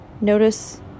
notice